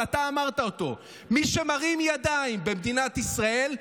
אבל אתה אמרת אותו: מי שמרים ידיים במדינת ישראל,